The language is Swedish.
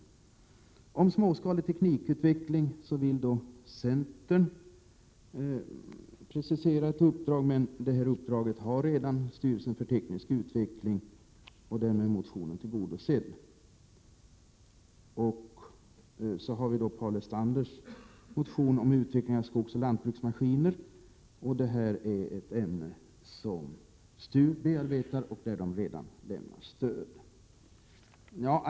I reservation 34 om småskalig teknikutveckling föreslår centern ett preciserat uppdrag. Detta uppdrag har redan styrelsen för teknisk utveckling, och därmed är reservationskravet tillgodosett. Paul Lestanders motion om utveckling av skogsoch lantbruksmaskiner följs upp i reservation 35 av Jörn Svensson. Detta är en fråga som STU redan arbetar med och ger stöd till.